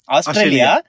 Australia